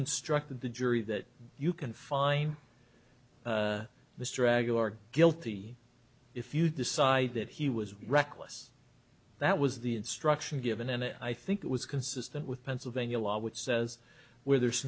instructed the jury that you can find the straggler guilty if you decide that he was reckless that was the instruction given and i think it was consistent with pennsylvania law which says where there's